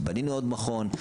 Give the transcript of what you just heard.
בנינו עוד מכון,